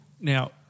Now